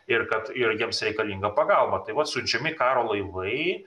ir kad ir jiems reikalinga pagalba taip vat siunčiami karo laivai